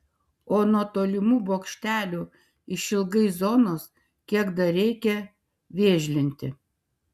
o nuo tolimų bokštelių išilgai zonos kiek dar reikia vėžlinti